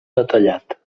detallat